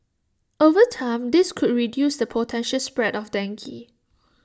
over time this could also reduce the potential spread of dengue